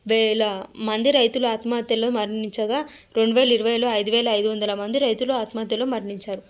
వేల మంది రైతులు ఆత్మహత్యలో మరణించగా రెండువేల ఇరవైలో అయిదు వేల అయిదు వందల మంది రైతులు ఆత్మహత్యలో మరణించారు